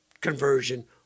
conversion